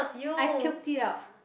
I puked it out